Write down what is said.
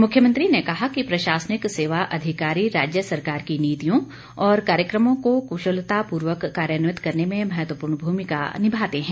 मुख्यमंत्री ने कहा कि प्रशासनिक सेवा अधिकारी राज्य सरकार की नीतियों और कार्यक्रमों को क्शलतापूर्वक कार्यान्वित करने में महत्वपूर्ण भूमिका निभा रहे हैं